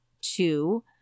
two